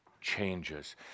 changes